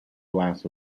glass